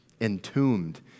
Entombed